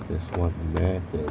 that's what matters